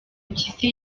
mpyisi